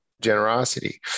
generosity